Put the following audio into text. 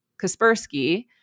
Kaspersky